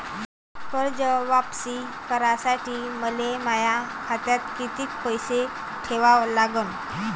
कर्ज वापिस करासाठी मले माया खात्यात कितीक पैसे ठेवा लागन?